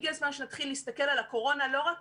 הגיע הזמן שנתחיל להסתכל על הקורונה לא רק